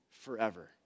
forever